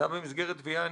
זה היה במסגרת תביעה